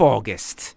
August